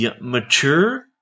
mature